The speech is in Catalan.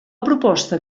proposta